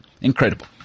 Incredible